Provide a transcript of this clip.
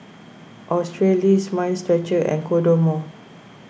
Australis Mind Stretcher and Kodomo